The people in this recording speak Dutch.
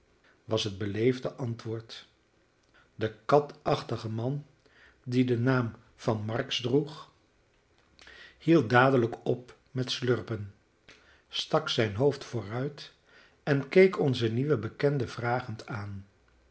was het beleefde antwoord de katachtige man die den naam van marks droeg hield dadelijk op met slurpen stak zijn hoofd vooruit en keek onzen nieuwen bekende vragend aan